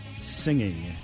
singing